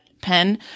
pen